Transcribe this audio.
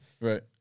right